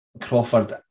Crawford